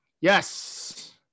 Yes